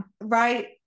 Right